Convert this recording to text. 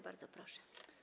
Bardzo proszę.